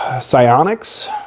Psionics